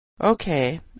Okay